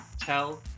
tell